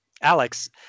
alex